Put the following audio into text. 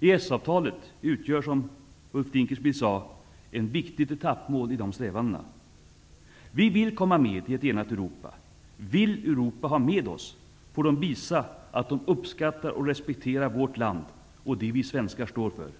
EES-avtalet utgör, som Ulf Dinkelspiel sade, ett viktigt etappmål i de strävandena. Vi vill komma med i ett enat Europa. Om Europa vill ha med oss får de visa att de uppskattar och respekterar vårt land och det vi svenskar står för.